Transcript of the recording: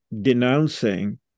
denouncing